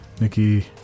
Nikki